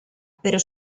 pero